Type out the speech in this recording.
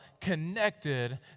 connected